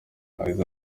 yagize